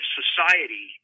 society